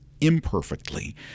imperfectly